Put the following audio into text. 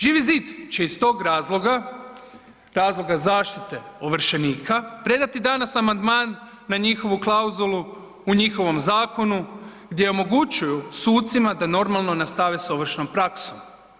Živi zid će iz tog razloga, razloga zaštite ovršenika, predati danas amandman na njihovu klauzulu u njihovom zakonu gdje omogućuju sucima da normalno nastave s ovršnom praksom.